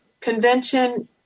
convention